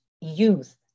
youth